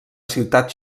ciutat